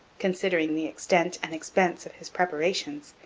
considering the extent and expense of his preparations,